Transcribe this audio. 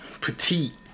Petite